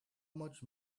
much